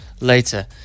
Later